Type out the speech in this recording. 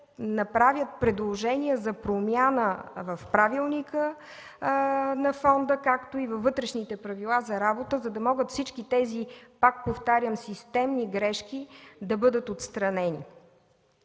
направят предложения за промяна в правилника на фонда, както и във вътрешните правила за работа, за да могат всички тези, пак повтарям, системни грешки да бъдат отстранени.